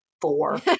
four